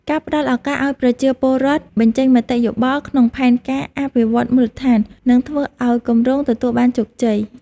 ការផ្តល់ឱកាសឱ្យប្រជាពលរដ្ឋបញ្ចេញមតិយោបល់ក្នុងផែនការអភិវឌ្ឍន៍មូលដ្ឋាននឹងធ្វើឱ្យគម្រោងទទួលបានជោគជ័យ។